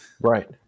Right